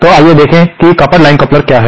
तो आइए देखें कि कपल्ड लाइन कपलर क्या है